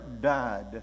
died